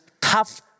tough